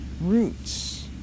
roots